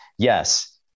Yes